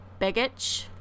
Begich